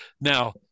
Now